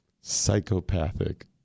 Psychopathic